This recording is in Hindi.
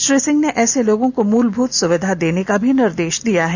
श्री सिंह ने ऐसे लोगों को मूलभूत सुविधा देने का भी निर्देश दिया है